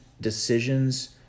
decisions